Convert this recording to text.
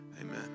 amen